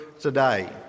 today